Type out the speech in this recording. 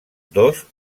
dos